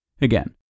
Again